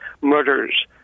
murders